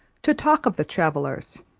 to talk of the travellers,